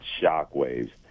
shockwaves